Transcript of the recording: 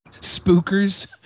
Spookers